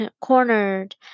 Cornered